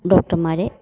ഡോക്ടർമാരെ